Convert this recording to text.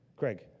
Craig